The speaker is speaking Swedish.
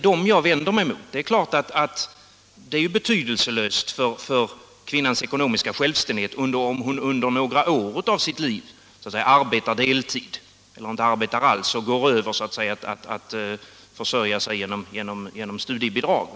Det är betydelselöst för kvinnans ekonomiska jämställdhet om hon under några år av sitt liv arbetar deltid eller inte arbetar alls och går över till att försörja sig genom studiebidrag.